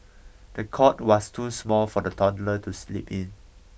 the cot was too small for the toddler to sleep in